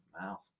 Wow